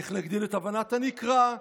איך נגדיל את הבנת הנקרא,